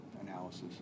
analysis